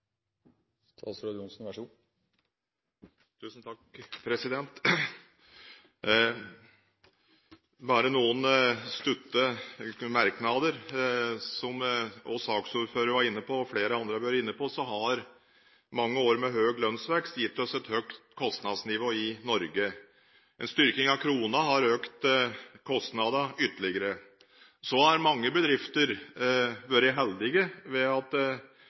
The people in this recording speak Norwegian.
Bare noen stutte merknader: Som saksordføreren og flere andre var inne på, har mange år med høy lønnsvekst gitt oss et høyt kostnadsnivå i Norge. En styrking av kronen har økt kostnadene ytterligere. Mange bedrifter har vært heldige, ved at